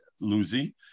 Luzi